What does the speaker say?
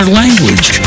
language